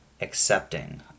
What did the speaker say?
accepting